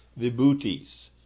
vibhutis